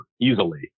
easily